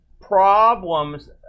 problems